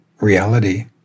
Reality